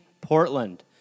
Portland